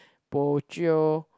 bo jio